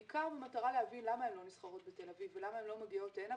בעיקר במטרה להבין למה הן לא נסחרות בתל אביב ולמה הן לא מגיעות הנה,